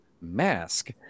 mask